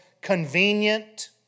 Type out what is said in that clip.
convenient